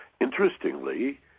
Interestingly